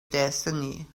destiny